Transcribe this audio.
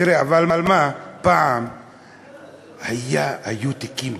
תראה, אבל מה, פעם היו תיקים בממשלה,